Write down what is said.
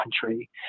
country